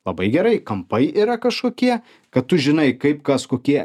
labai gerai kampai yra kažkokie kad tu žinai kaip kas kokie